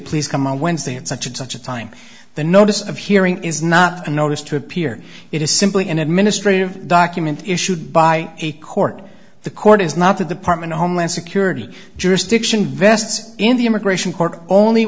please come on wednesday and such and such a time the notice of hearing is not a notice to appear it is simply an administrative document issued by a court the court is not the department of homeland security jurisdiction vests in the immigration